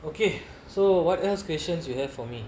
okay so what else questions you have for me